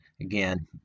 Again